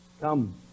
Come